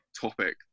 topic